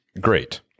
great